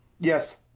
Yes